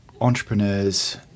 entrepreneurs